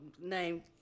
name